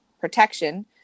protection